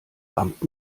amt